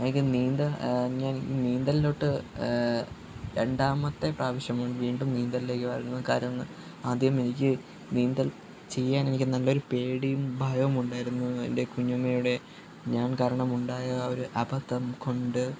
എനിക്ക് നീന്തൽ ഞാൻ നീന്തലിലോട്ട് രണ്ടാമത്തെ പ്രാവശ്യമാണ് വീണ്ടും നീന്തലിലേക്ക് വരുന്നത് കാര്യം ആദ്യം എനിക്ക് നീന്തൽ ചെയ്യാൻ നല്ല ഒരു പേടിയും ഭയവും ഉണ്ടായിരുന്നു എൻ്റെ കുഞ്ഞമ്മയുടെ ഞാൻ കാരണം ഉണ്ടായ ഒരു അബധം കൊണ്ട്